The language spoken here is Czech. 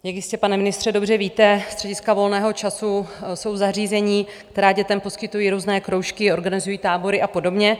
Jak jistě, pane ministře, dobře víte, střediska volného času jsou zařízení, která dětem poskytují různé kroužky, organizují tábory a podobně.